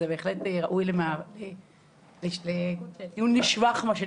זה בהחלט ראוי לציון לשבח.